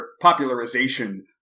popularization